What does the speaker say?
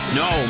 no